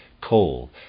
coal